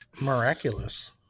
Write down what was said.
Miraculous